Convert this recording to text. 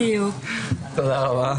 תודה רבה.